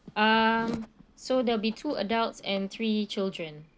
um so there will be two adults and three children